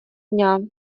дня